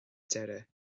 deireadh